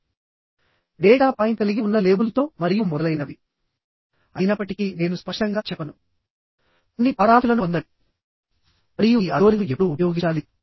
అది angle section అయినా circular section అయినా I సెక్షన్ అయినా లేదా మరి ఏ విధమైన సెక్షన్ నీ అయినా ఉపయోగించుకోవచ్చు